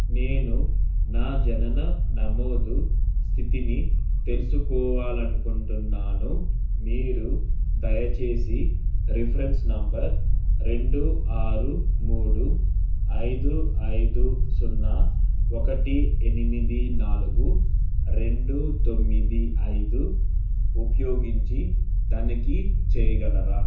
నేను నా జనన నమోదు స్థితిని తెలుసుకోవాలి అనుకుంటున్నాను మీరు దయచేసి రిఫరెన్స్ నంబర్ రెండు ఆరు మూడు ఐదు ఐదు సున్నా ఒకటి ఎనిమిది నాలుగు రెండు తొమ్మిది ఐదు ఉపయోగించి తనిఖీ చేయగలరా